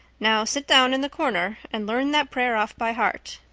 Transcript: now, sit down in the corner and learn that prayer off by heart.